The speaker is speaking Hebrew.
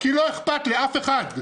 כי לא אכפת לאף אחד.